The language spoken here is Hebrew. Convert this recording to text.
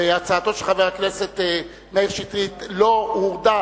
והצעתו של חבר הכנסת מאיר שטרית לא הורדה